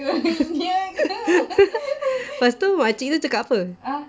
lepas tu makcik tu cakap apa